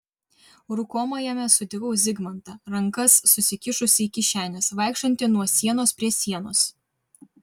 rūkomajame sutikau zigmantą rankas susikišusį į kišenes vaikštantį nuo sienos prie sienos